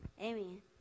Amen